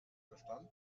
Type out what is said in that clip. verstanden